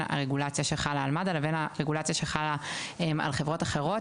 הרגולציה שחלה על מד"א לבין הרגולציה שחלה על חברות אחרות.